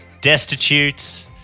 destitute